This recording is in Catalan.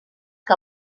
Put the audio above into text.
que